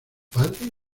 padre